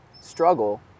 struggle